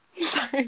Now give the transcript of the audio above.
Sorry